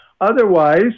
Otherwise